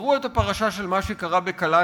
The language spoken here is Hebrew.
תראו את הפרשה של מה שקרה בקלנדיה.